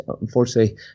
Unfortunately